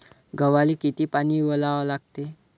गव्हाले किती पानी वलवा लागते?